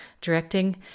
directing